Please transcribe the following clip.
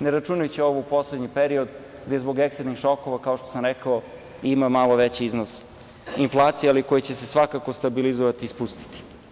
ne računajući ovaj poslednji period gde zbog eksternih šokova, kao što sam rekao, ima malo veći iznos inflacija, ali koji će se svakako stabilizovati i spustiti.